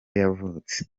yavutse